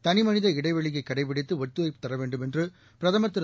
தளிமளித இடைவெளியை கடைபிடித்து ஒத்துழைப்பு தர வேண்டும் என்று பிரதமர் திரு